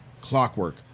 clockwork